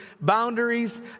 boundaries